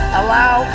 allow